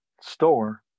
store